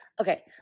okay